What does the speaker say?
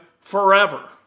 forever